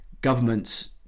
governments